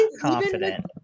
confident